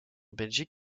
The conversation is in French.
belgique